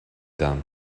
dam